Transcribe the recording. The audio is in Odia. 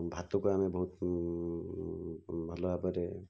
ଭାତକୁ ଆମେ ବହୁତ ଭଲ ଭାବରେ